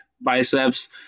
biceps